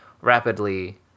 rapidly